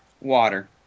Water